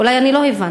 אולי אני לא הבנתי.